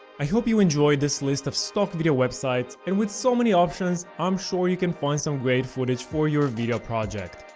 i hope you enjoyed this list of stock video websites and with so many options, i'm sure you can find some great footage for your video project.